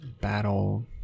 battle